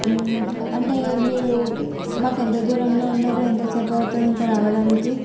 అంటే మీరు మాకు ఎంత దూరంలో ఉన్నారు ఎంతసేపు అవుతుంది ఇంకా రావడానికి